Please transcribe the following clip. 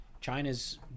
China's